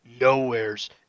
Nowheres